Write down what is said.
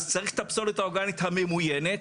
אז צריך את הפסולת האורגנית הממוינת.